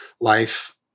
life